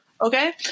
Okay